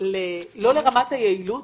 לרמת היעילות,